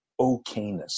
okayness